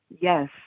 yes